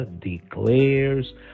declares